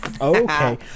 Okay